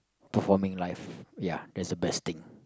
performing life ya that's the best thing